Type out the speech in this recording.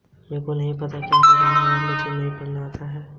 जवारनाशक दवा कौन सी है?